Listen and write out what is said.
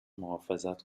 محافظت